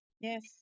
Yes